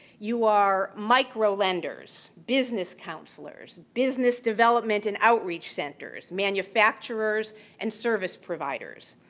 you are microlenders, business counselors, business development in outreach centers, manufacturers and service providers.